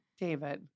David